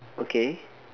okay